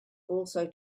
also